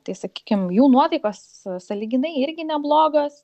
tai sakykim jų nuotaikos sąlyginai irgi neblogos